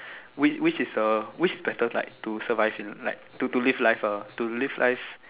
which which is uh which better light to survive to live life ah to live life